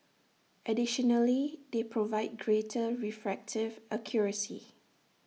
additionally they provide greater refractive accuracy